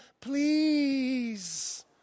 please